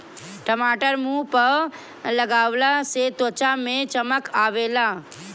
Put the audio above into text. टमाटर मुंह पअ लगवला से त्वचा में चमक आवेला